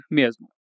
mesmo